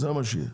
זה מה שיהיה.